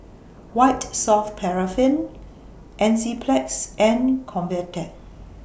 White Soft Paraffin Enzyplex and Convatec